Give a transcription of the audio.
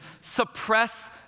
suppress